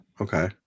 okay